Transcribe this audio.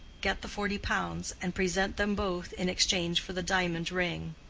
get the forty pounds, and present them both in exchange for the diamond ring.